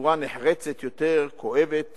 בצורה נחרצת יותר, כואבת